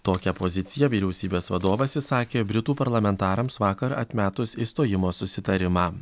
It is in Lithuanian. tokią poziciją vyriausybės vadovas išsakė britų parlamentarams vakar atmetus išstojimo susitarimą